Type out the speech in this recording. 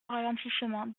ralentissement